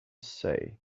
say